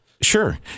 Sure